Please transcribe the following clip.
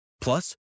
Plus